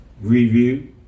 Review